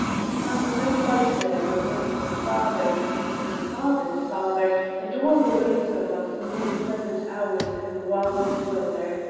and find no light there where once my father and my father's father and all the race of us knew pleasant hours in the wildest weather.